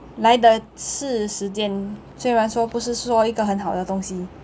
来的是时间虽然说不是说一个很好的东西